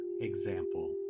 example